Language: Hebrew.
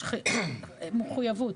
יש מחויבות,